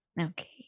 Okay